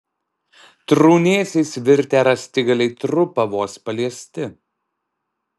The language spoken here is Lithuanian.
trūnėsiais virtę rąstigaliai trupa vos paliesti